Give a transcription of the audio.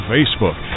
Facebook